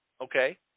Okay